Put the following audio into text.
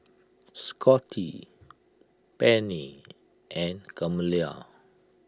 Scotty Pennie and Kamila